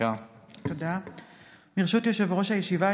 ברשות יושב-ראש הישיבה,